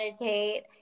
meditate